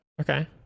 Okay